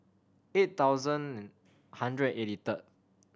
eight thousand hundred eighty third